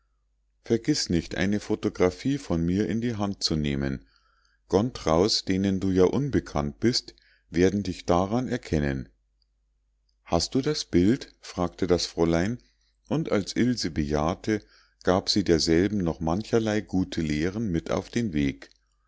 vergiß nicht eine photographie von mir in die hand zu nehmen gontraus denen du ja unbekannt bist werden dich daran erkennen hast du das bild fragte das fräulein und als ilse bejahte gab sie derselben noch mancherlei gute lehren mit auf den weg